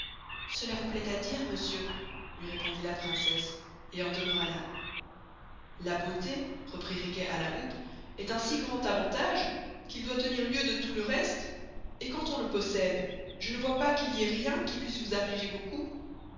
cela vous plaist à dire monsieur lui répondit la princesse et en demeura là la beauté reprit riquet à la houppe est un si grand avantage qu'il doit tenir lieu de tout le reste et quand on le possede je ne voy pas qu'il y ait rien qui puisse nous affliger beaucoup